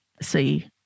see